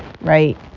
right